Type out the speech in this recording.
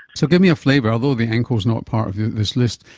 so give me a flavour. although the ankle is not part of this list,